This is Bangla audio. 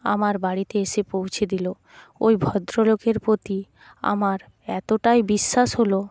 আমার বাড়িতে এসে পৌঁছে দিল ওই ভদ্রলোকের প্রতি আমার এতোটাই বিশ্বাস হলো